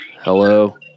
Hello